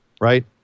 Right